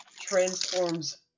transforms